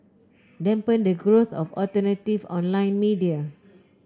dampen the growth of alternative online media